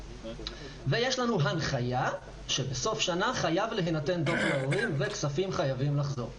ויש לנו הנחיה שבסוף שנה חייב להינתן דוח להורים וכספים חייבים לחזור.